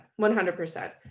100%